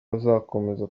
bazakomeza